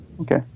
Okay